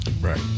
Right